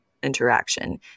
interaction